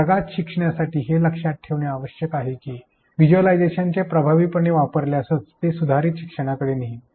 वर्गात ई शिक्षण वापरण्यासाठी हे लक्षात ठेवणे आवश्यक आहे की व्हिज्युअलायझेशन प्रभावीपणे वापरल्यासच ते सुधारित शिक्षणाकडे नेईल